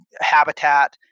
habitat